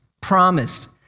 promised